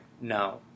no